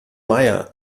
meier